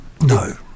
No